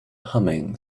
humming